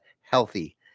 healthy